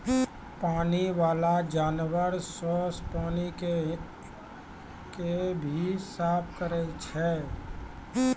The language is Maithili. पानी बाला जानवर सोस पानी के भी साफ करै छै